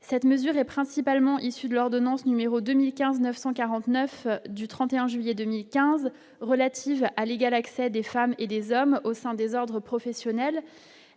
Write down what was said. cette mesure est principalement issus de l'ordonnance numéro 2015 949 du 31 juillet 2015 relatives à l'égal accès des femmes et des hommes au sein des ordres professionnels